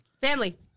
Family